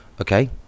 Okay